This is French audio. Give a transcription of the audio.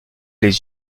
les